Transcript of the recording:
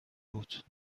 بود